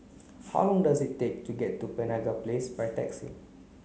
how long does it take to get to Penaga Place by taxi